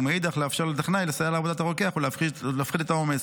ומאידך גיסא לאפשר לטכנאי לסייע לעבודת הרוקח ולהפחית את העומס.